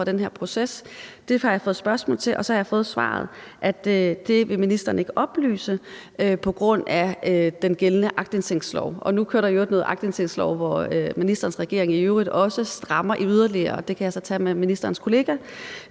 fra den her proces, og hvor jeg har så fået det svar, at det vil ministeren ikke oplyse på grund af den gældende aktindsigtslov. Nu kører der i øvrigt noget om aktindsigtsloven, hvor ministerens regering også strammer yderligere, og det kan jeg så tage med ministerens kollega.